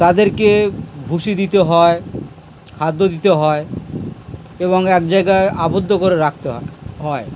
তাদেরকে ভুসি দিতে হয় খাদ্য দিতে হয় এবং এক জায়গায় আবদ্ধ করে রাখতে হয় হয়